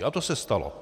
A to se stalo.